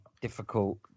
difficult